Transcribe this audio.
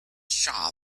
shop